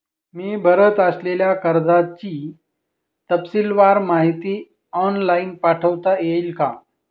मी भरत असलेल्या कर्जाची तपशीलवार माहिती ऑनलाइन पाठवता येईल का?